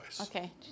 Okay